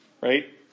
right